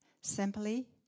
simply